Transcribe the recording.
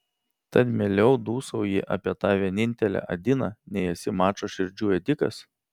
tad mieliau dūsauji apie tą vienintelę adiną nei esi mačo širdžių ėdikas